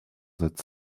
that